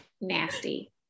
Nasty